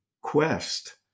quest